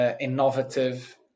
innovative